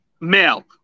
male